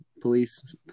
police